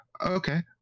Okay